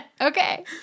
Okay